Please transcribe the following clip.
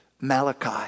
Malachi